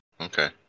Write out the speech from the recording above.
okay